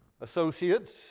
associates